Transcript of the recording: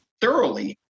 thoroughly